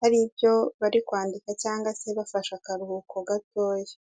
hari ibyo bari kwandika cyangwa se bafashe akaruhuko gatoya.